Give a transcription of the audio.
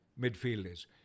midfielders